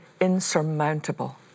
insurmountable